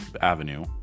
avenue